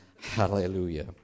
Hallelujah